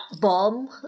bomb